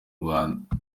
rwanda